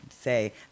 say